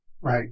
right